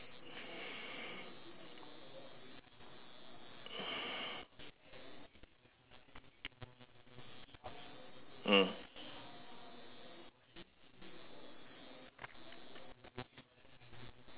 mm